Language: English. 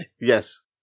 Yes